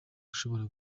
ushobora